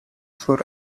for